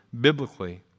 biblically